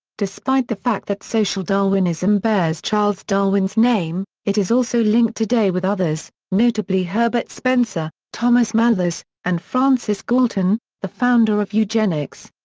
despite the fact that social darwinism bears charles darwin's name, it is also linked today with others, notably herbert spencer, thomas malthus, and francis galton, the founder of eugenics.